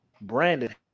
Brandon